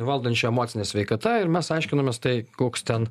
valdančia emocine sveikata ir mes aiškinomės tai koks ten